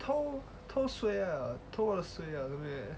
偷偷水啊偷我水 ah something like that